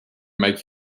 make